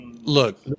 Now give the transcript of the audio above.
Look